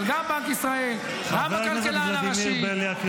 אבל גם בנק ישראל -- חבר הכנסת ולדימיר בליאק,